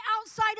outside